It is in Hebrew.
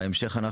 בהמשך,